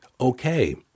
Okay